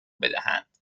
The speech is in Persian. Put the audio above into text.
بدهند